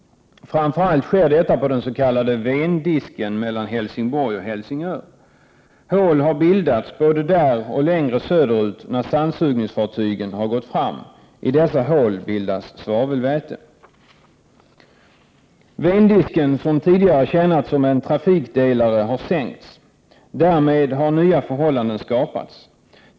Framför allt sker detta på den s.k. Vendisken mellan Helsingborg och Helsingör. Hål har bildats — både där och längre söderut — när sandsugningsfartygen har gått fram. I dessa hål bildas svavelväte. Vendisken, som tidigare tjänat som trafikdelare, har sänkts. Därmed har nya förhållanden skapats.